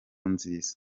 nziza